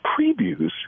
previews